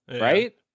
right